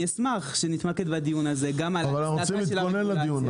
אני אשמח שנתמקד בדיון הזה --- אבל אנחנו צריכים להתכונן לדיון הזה